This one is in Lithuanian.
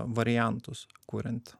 variantus kuriant